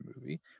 movie